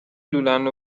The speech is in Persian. لولند